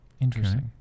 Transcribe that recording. Interesting